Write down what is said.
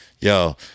Yo